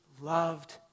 loved